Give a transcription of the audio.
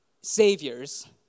saviors